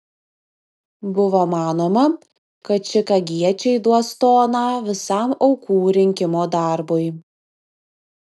buvo manoma kad čikagiečiai duos toną visam aukų rinkimo darbui